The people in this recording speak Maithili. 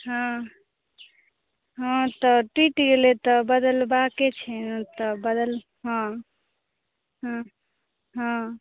हँ हँ तऽ टुटि गेलै तऽ बदलबाके छै तऽ बदल हँ हँ हँ